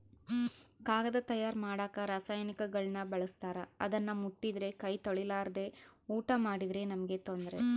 ಕಾಗದ ತಯಾರ ಮಾಡಕ ರಾಸಾಯನಿಕಗುಳ್ನ ಬಳಸ್ತಾರ ಅದನ್ನ ಮುಟ್ಟಿದ್ರೆ ಕೈ ತೊಳೆರ್ಲಾದೆ ಊಟ ಮಾಡಿದ್ರೆ ನಮ್ಗೆ ತೊಂದ್ರೆ